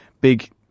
big